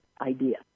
idea